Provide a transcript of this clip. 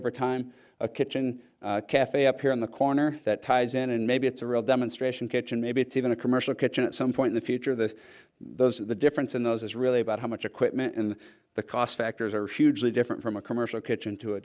over time a kitchen cafe up here in the corner that ties in and maybe it's a real demonstration kitchen maybe it's even a commercial kitchen at some point in the future this those of the difference in those is really about how much equipment and the cost factors are hugely different from a commercial kitchen to a